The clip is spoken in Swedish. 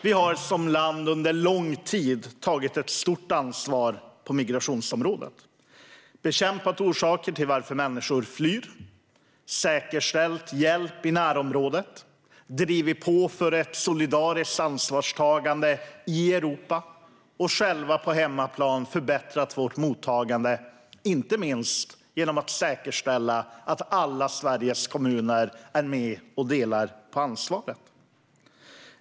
Vi har som land tagit ett stort ansvar på migrationsområdet under lång tid. Vi har bekämpat orsaker till att människor flyr, säkerställt hjälp i närområdet och drivit på för ett solidariskt ansvarstagande i Europa. Och på hemmaplan har vi förbättrat vårt mottagande, inte minst genom att säkerställa att alla Sveriges kommuner är med och delar på ansvaret.